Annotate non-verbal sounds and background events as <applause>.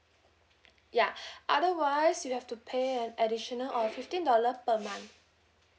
ya <breath> otherwise you'll have to pay an additional of fifteen dollar per month